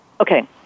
Okay